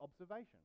observation